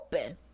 open